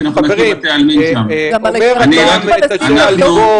מה שאנחנו סובלים כל יום -- גם בגליל לא,